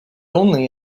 only